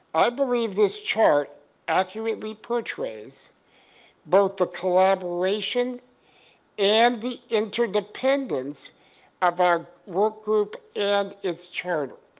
i believe this chart accurately portrays both the collaboration and the interdependence of our workgroup and its charter.